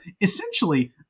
essentially